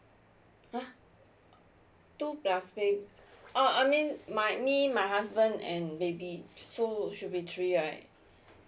uh two plus b~ uh I mean my me my husband and baby so should be three right